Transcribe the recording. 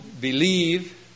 believe